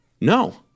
No